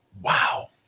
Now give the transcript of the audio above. Wow